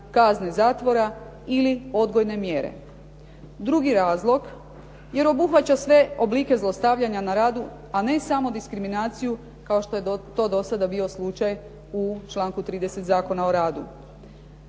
kazni zatvora ili odgojne mjere. Drugi razlog, jer obuhvaća sve oblike zlostavljanja na radu, a ne samo diskriminaciju kao što je to do sada bio slučaj u članku 30. Zakona o radu.